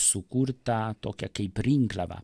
sukurta tokia kaip rinkliava